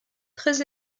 très